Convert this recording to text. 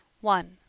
One